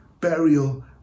burial